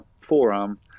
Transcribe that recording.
forearm